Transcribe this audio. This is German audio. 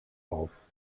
auf